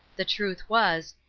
the truth was,